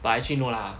but actually no lah